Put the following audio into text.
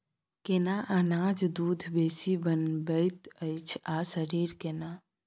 केना अनाज दूध बेसी बनबैत अछि आ शरीर केना?